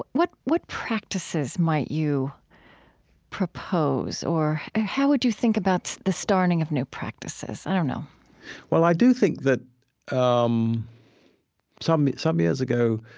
what what practices might you propose or how would you think about the starting of new practices? i don't know well, i do think that um some some years ago,